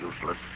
useless